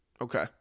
Okay